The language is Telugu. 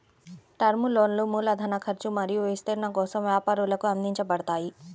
టర్మ్ లోన్లు మూలధన ఖర్చు మరియు విస్తరణ కోసం వ్యాపారాలకు అందించబడతాయి